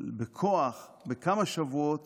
בכוח ובכמה שבועות